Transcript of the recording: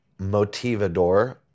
Motivador